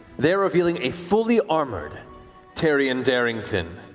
there revealing a fully armored taryon darrington.